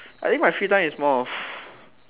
I think my free time is more of